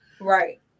Right